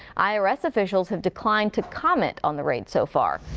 i r s. officials have declined to comment on the raid so far.